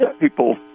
people